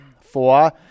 Four